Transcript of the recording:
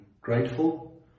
grateful